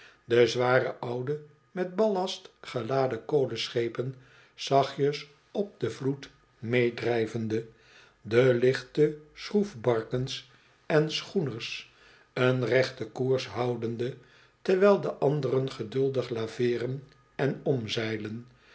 de zware oude met ballast geladen kolenschepen zachtjes op den vloed meedrijvende de lichte schroef barken en schoeners een rechten koers houdende terwijl de anderen geduldig laveeren en omzeilen